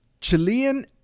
Chilean